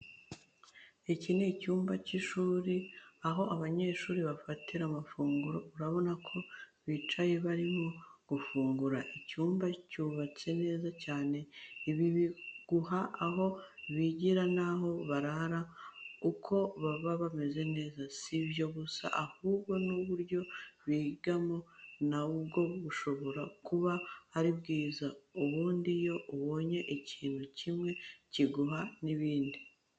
Iki ni icyumba cy'ishuri, aho abanyeshuri bafatiramo amafunguro, urabona ko bicaye barimo gufungura. Icyumba cyubatse neza cyane, ibi biguha aho bigira naho barara uko haba hameze. Si n'ibyo gusa ahubwo n'uburyo bigamo na bwo bushobora kuba ari bwiza. Ubundi iyo ubonye ikintu kimwe kiguha n'ibindi.